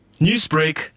Newsbreak